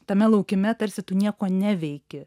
tame laukime tarsi tu nieko neveiki